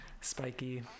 Spiky